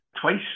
twice